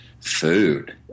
food